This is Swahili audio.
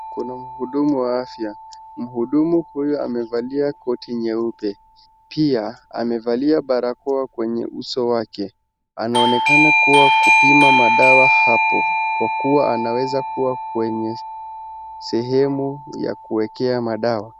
Kuna mhudumu wa afya ,mhudumu huyu amevalia koti nyeupe pia amevalia barakoa kwenye uso wake. Anaonekana kuwa kupima madawa hapo kwa kuwa anaweza kuwa kwenye sehemu ya kuwekea madawa.